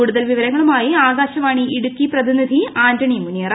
കൂടുതൽ വ്യിവ്രങ്ങളുമായി ആകാശവാണി ഇടുക്കി പ്രതിനിധി ആന്റണി മുനിയറ